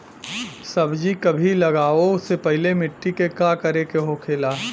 सब्जी कभी लगाओ से पहले मिट्टी के का करे के होखे ला?